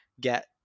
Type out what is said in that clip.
get